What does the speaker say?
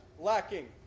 lacking